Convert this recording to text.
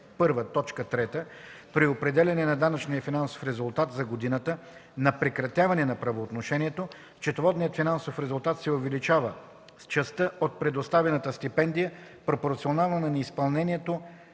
по ал. 1, т. 3, при определяне на данъчния финансов резултат за годината на прекратяване на правоотношението счетоводният финансов резултат се увеличава с частта от предоставената стипендия, пропорционална на неизпълненото